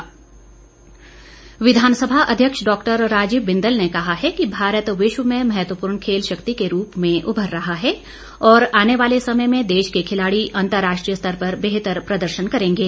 बिंदल विधानसभा अध्यक्ष डॉ राजीव बिंदल ने कहा है कि भारत विश्व में महत्वपूर्ण खेल शक्ति के रूप में उभर रहा है और आने वाले समय में देश के खिलाड़ी अंतर्राष्ट्रीय स्तर पर बेहतर प्रदर्शन करेंगे